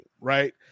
Right